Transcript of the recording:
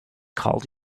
called